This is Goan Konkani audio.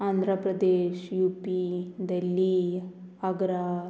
आंध्र प्रदेश युपी देल्ली आगरा